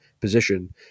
position